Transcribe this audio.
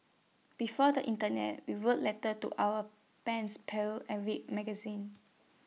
before the Internet we wrote letter to our pens pals and read magazines